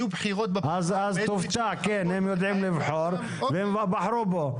אז תופתע, כן, הם יודעים לבחור, והם בחרו בו.